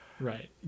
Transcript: right